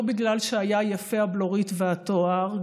לא בגלל שהיה יפה הבלורית והתואר,